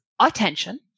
Attention